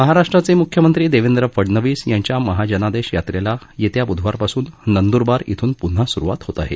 महाराष्ट्रात मुख्यमंत्री देवेंद्र फडनवीस यांच्या महाजनादेश यात्रेला येत्या बुधवारपासून नंदुरबार श्रून पुन्हा सुरुवात होत आहे